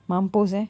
mampus eh